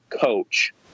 coach